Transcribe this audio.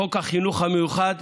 חוק החינוך המיוחד